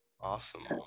Awesome